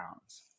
pounds